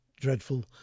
dreadful